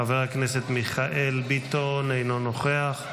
חבר הכנסת מיכאל ביטון אינו נוכח,